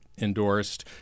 endorsed